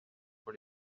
pour